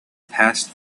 passed